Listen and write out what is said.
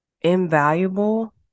invaluable